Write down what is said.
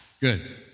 good